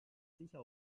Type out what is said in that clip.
sicher